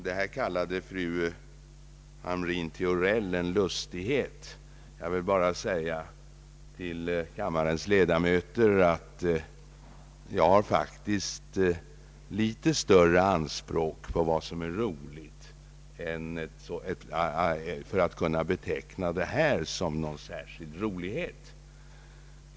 Detta kallade fru Hamrin-Thorell en lustighet. Jag vill bara säga till kammarens ledamöter att jag faktiskt har litet större anspråk på vad som är roligt än att kunna beteckna detta som någon särskild lustighet.